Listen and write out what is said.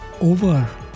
over